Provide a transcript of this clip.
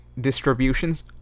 distributions